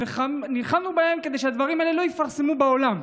נלחמנו בהם כדי שהדברים האלה לא יתפרסמו בעולם.